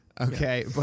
okay